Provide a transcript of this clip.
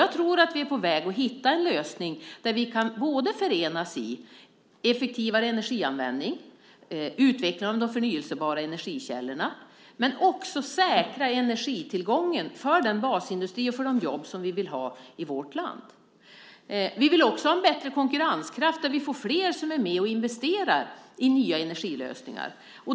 Jag tror att vi är på väg att hitta en lösning där vi kan förenas i både effektivare energianvändning och utveckling av de förnybara energikällorna men också säkra energitillgången för den basindustri och för de jobb som vi vill ha i vårt land. Vi vill också ha en bättre konkurrenskraft där vi får flera som är med och investerar i nya energilösningar.